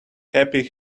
happy